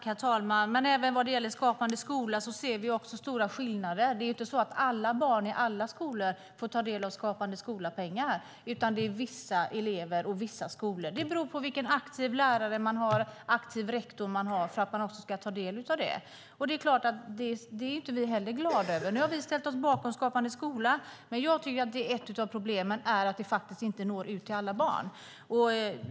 Herr talman! Men även när det gäller Skapande skola ser vi stora skillnader. Det är inte så alla barn i alla skolor får ta del av Skapande skola-pengar, utan det är vissa elever och vissa skolor. Det beror på vilken aktiv lärare man har, vilken aktiv rektor man har, om man får ta del av det. Det är klart att vi inte är glada över det. Vi har ställt oss bakom Skapande skola. Men jag tycker att ett av problemen är att vi inte når ut till alla barn.